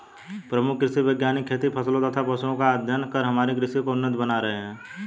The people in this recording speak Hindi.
प्रमुख कृषि वैज्ञानिक खेती फसलों तथा पशुओं का अध्ययन कर हमारी कृषि को उन्नत बना रहे हैं